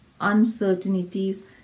uncertainties